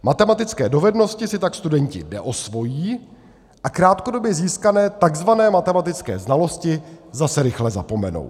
Matematické dovednosti si tak studenti neosvojí a krátkodobě získané tzv. matematické znalosti zase rychle zapomenou.